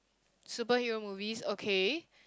superhero movies okay